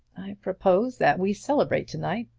propose that we celebrate to-night,